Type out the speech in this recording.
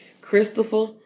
Christopher